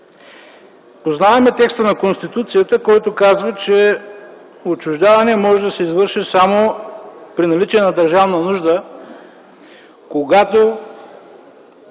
Познаваме текста на Конституцията, който казва, че отчуждаване може да се извърши само при наличие на държавна нужда, когато